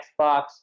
Xbox